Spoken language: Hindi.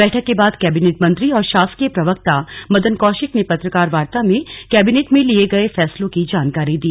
बैठक के बाद कैबिनेट मंत्री और शासकीय प्रवक्ता मदन कौशिक ने पत्रकार वार्ता में कैबिनेट में लिए गए फैसलों की जानकारी दी